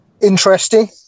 interesting